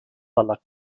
dalla